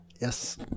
Yes